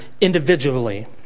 individually